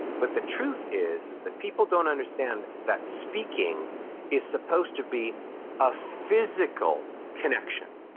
but the truth is, is that people don't understand that speaking is supposed to be a physical connection.